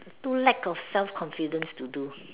too lack of self confidence to do